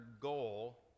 goal